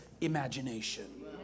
imagination